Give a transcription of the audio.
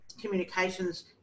communications